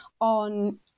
on